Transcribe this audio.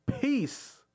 peace